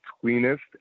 cleanest